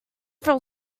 feel